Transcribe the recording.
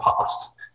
past